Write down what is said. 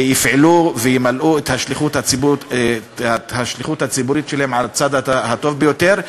יפעלו וימלאו את השליחות הציבורית שלהם על הצד הטוב ביותר,